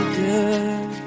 good